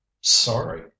sorry